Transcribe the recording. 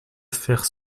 faire